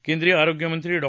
केंद्रीय आरोग्यमंत्री डॉ